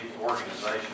organization